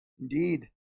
Indeed